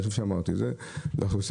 אמרתי את זה.